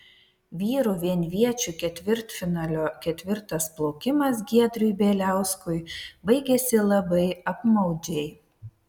vyrų vienviečių ketvirtfinalio ketvirtas plaukimas giedriui bieliauskui baigėsi labai apmaudžiai